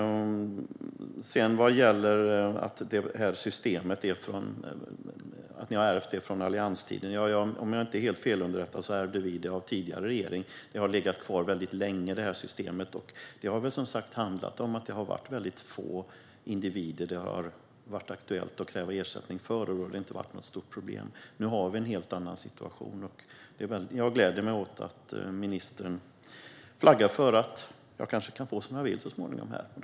Ministern säger att regeringen har ärvt det här systemet från allianstiden, men vi ärvde det av tidigare regering om jag inte är helt felunderrättad. Systemet har legat kvar väldigt länge. Det har väl som sagt handlat om att det har varit väldigt få individer det har varit aktuellt att kräva ersättning för, och då har det inte varit något stort problem. Nu har vi en helt annan situation, och jag gläder mig åt att ministern flaggar för att jag kanske kan få som jag vill så småningom.